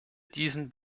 diesen